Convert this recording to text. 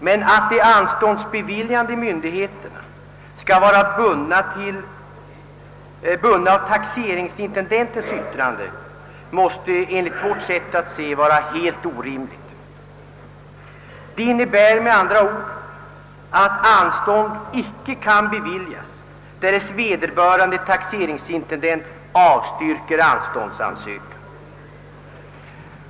Men att de anståndsbeviljande myndigheterna skall vara bundna av taxeringsintendentens yttrande är enligt vårt sätt att se helt orimligt. Det innebär med andra ord att anstånd icke kan beviljas om vederbörande taxeringsintendent avstyrker anståndsansökan.